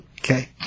Okay